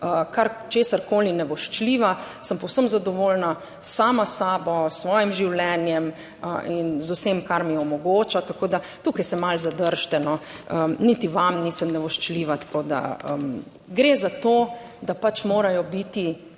česarkoli nevoščljiva. Sem povsem zadovoljna sama s sabo, s svojim življenjem in z vsem, kar mi omogoča. Tako da tukaj se malo zadržite. Niti vam nisem nevoščljiva. Tako da gre za to, da pač morajo biti